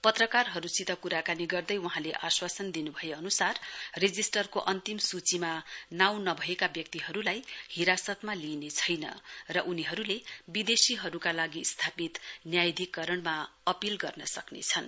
पत्रकारहरुसित कुराकानी गर्दै वहाँले आश्वासन दिनु भए अनुसार रेजिष्टरको अन्तिम सूचीमा नाउँ नभएका व्यक्तिहरुलाई हिरासतमा लिइने छैन र उनीहरुले विदेशीहरुका लागि स्थापित न्यायाधिकरणमा अपील गर्न सक्नेछन